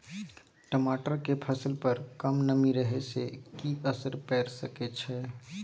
टमाटर के फसल पर कम नमी रहै से कि असर पैर सके छै?